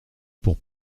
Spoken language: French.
pour